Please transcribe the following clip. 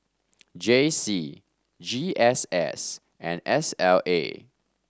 J C G S S and S L A